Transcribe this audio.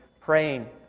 praying